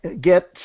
get